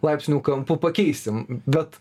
laipsnių kampu pakeisim bet